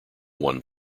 one